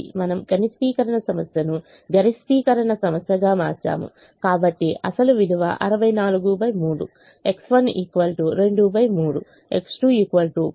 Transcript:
మనము కనిష్టీకరణ సమస్యను గరిష్టీకరణ సమస్యగా మార్చాము కాబట్టి అసలు విలువ 643 X1 23 X2 103 643